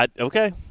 Okay